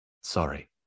sorry